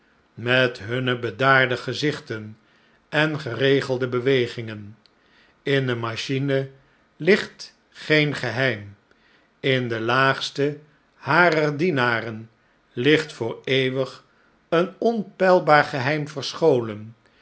met hunne bedaarde gezicbten en geregelde bewegingen in de machine ligt geen geheim in de laagste harer dienaren ligt voor eeuwig een onpeilbaar geheim verscholen